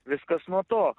viskas nuo to